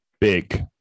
Big